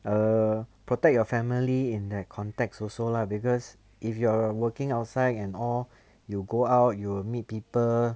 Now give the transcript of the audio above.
err protect your family in that context also lah because if you are working outside and all you go out you meet people